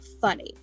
funny